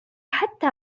حتى